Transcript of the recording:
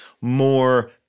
more